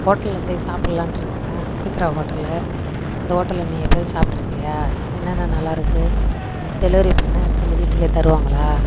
ஹோட்டலில் போய் சாப்புடலான்ட்டுருக்குறேன் பவித்ரா ஹோட்டலில் அந்த ஹோட்டலில் நீ எப்போயாவது சாப்பிட்ருக்கியா என்னன்ன நல்லாயிருக்கு டெலிவரி பண்ணால் எடுத்து வந்து வீட்டுக்கே தருவாங்களா